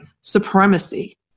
supremacy